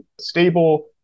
stable